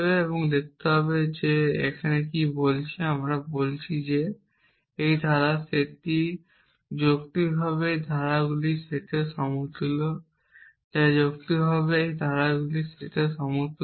এবং দেখতে হবে যে আমরা এখানে কী বলছি আমরা বলছি যে এই ধারার সেটটি যৌক্তিকভাবে এই ধারাগুলির সেটের সমতুল্য